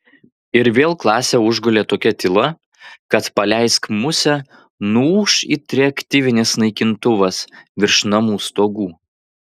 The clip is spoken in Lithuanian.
ir vėl klasę užgulė tokia tyla kad paleisk musę nuūš it reaktyvinis naikintuvas virš namų stogų